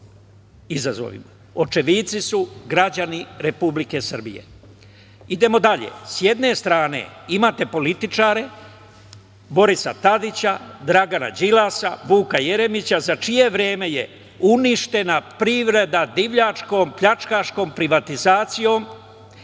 izazovima. Očevici su građani Republike Srbije. Dalje, sa jedne strane imate političare Borisa Tadića, Dragana Đilasa, Vuka Jeremića za čije vreme je uništena privreda divljačkom, pljačkaškom privatizacijom